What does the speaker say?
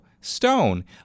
Stone